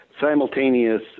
simultaneous